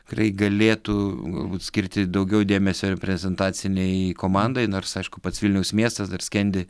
tikrai galėtų galbūt skirti daugiau dėmesio reprezentacinei komandai nors aišku pats vilniaus miestas dar skendi